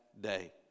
day